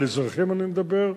על אזרחים אני מדבר,